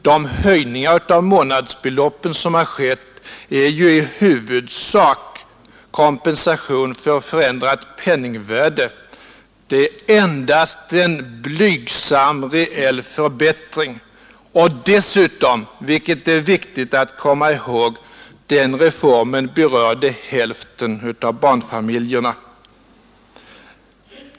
De höjningar av månadsbeloppen som har skett är ju i huvudsak kompensation för förändrat penningvärde. Det är endast en blygsam reell förbättring. Dessutom är det viktigt att komma ihåg att den reformen berörde hälften av barnfamiljerna.